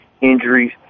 injuries